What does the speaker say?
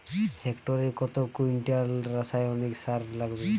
হেক্টরে কত কুইন্টাল রাসায়নিক সার লাগবে?